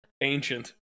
ancient